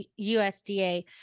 USDA